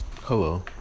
Hello